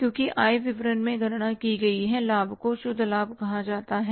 क्योंकि आय विवरण में गणना की गई लाभ को शुद्ध लाभ कहा जाता है